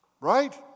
right